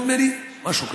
נדמה לי, משהו כזה.